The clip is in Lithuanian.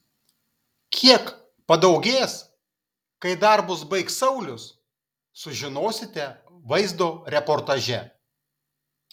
kiek padaugės kai darbus baigs saulius sužinosite vaizdo reportaže